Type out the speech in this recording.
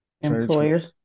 Employers